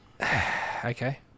Okay